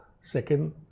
Second